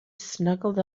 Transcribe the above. snuggled